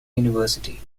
university